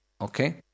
okay